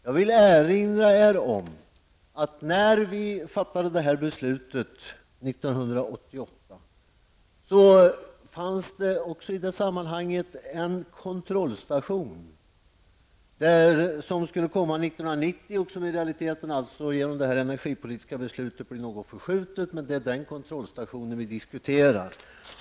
Jag vill erinra er om att när vi fattade detta beslut 1988 sades det att det 1990 skulle bli fråga om en kontrollstation. Den blir alltså genom detta energipolitiska beslut i realiteten något förskjuten. Det är den kontrollstationen som vi diskuterar.